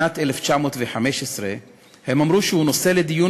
שנת 1915. הם אמרו שזהו נושא לדיון